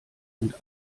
und